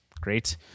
great